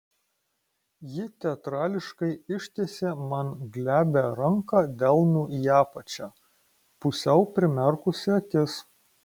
ji teatrališkai ištiesė man glebią ranką delnu į apačią pusiau primerkusi akis